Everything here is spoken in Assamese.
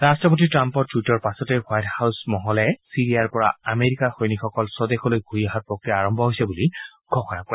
ৰাট্টপতি ট্ৰাম্পৰ টুইটৰ পাছতে হোৱাইট হাউছৰ তৰফৰ পৰা চিৰিয়াৰ পৰা আমেৰিকাৰ সৈনিকসকল স্বদেশলৈ ঘূৰি অহাৰ প্ৰক্ৰিয়া আৰম্ভ হৈছে বুলি ঘোষণা কৰে